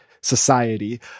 society